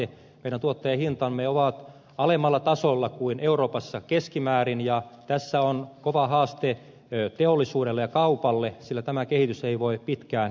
meidän tuottajahintamme ovat alemmalla tasolla kuin euroopassa keskimäärin ja tässä on kova haaste teollisuudelle ja kaupalle sillä tämä kehitys ei voi pitkään jatkua